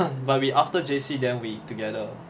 but we after J_C then we together